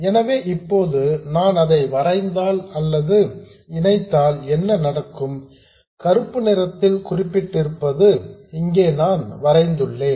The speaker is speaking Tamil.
எனவே இப்போது நான் இதை வரைந்தால் அல்லது இணைத்தால் என்ன நடக்கும் கருப்பு நிறத்தில் குறிப்பிட்டிருப்பது இங்கே நான் வரைந்துள்ளேன்